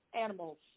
animals